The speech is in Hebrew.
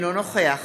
אינו נוכח